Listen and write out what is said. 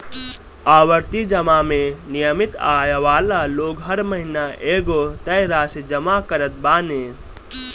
आवर्ती जमा में नियमित आय वाला लोग हर महिना एगो तय राशि जमा करत बाने